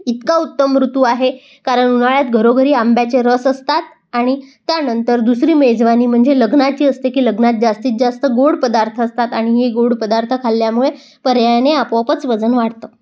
इतका उत्तम ऋतू आहे कारण उन्हाळ्यात घरोघरी आंब्याचे रस असतात आणि त्यानंतर दुसरी मेजवानी म्हणजे लग्नाची असते की लग्नात जास्तीत जास्त गोड पदार्थ असतात आणि हे गोड पदार्थ खाल्ल्यामुळे पर्यायाने आपोआपच वजन वाढतं